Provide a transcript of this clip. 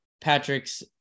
patrick's